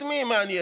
את מי היא מעניינת.